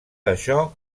això